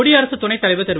குடியரசுத் துணைத் தலைவர் திரு